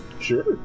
Sure